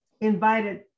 invited